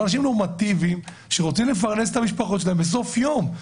אלה אנשים נורמטיביים שרוצים לפרנס את המשפחות שלהם בסופו של יום,